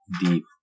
deep